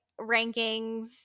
rankings